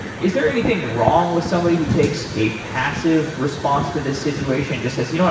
is there anything wrong with somebody who takes a passive response to this situation, just as, you know